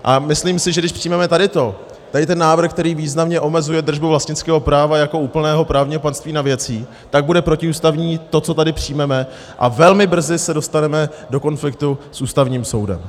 A myslím si, že když přijmeme tady to, tady ten návrh, který významně omezuje držbu vlastnického práva jako úplného právního panství nad věcí, tak bude protiústavní to, co tady přijmeme, a velmi se dostaneme do konfliktu s Ústavním soudem.